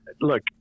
look